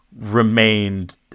remained